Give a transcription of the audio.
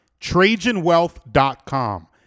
TrajanWealth.com